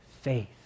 faith